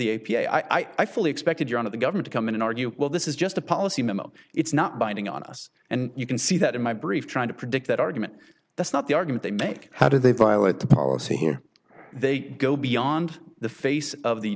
a i fully expected you're out of the government come in and argue well this is just a policy memo it's not binding on us and you can see that in my brief trying to predict that argument that's not the argument they make how do they violate the policy here they go beyond the face of the